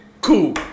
cool